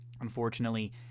Unfortunately